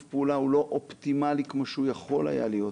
פעולה הוא לא אופטימלי כמו שהוא יכול היה להיות.